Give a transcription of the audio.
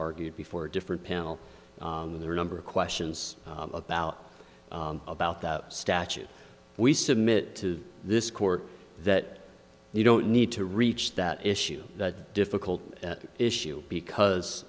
argued before a different panel the number of questions about about the statute we submit to this court that you don't need to reach that issue that difficult issue because